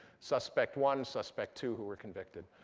suspect one, suspect two who were convicted.